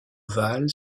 ovale